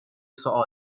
سوالات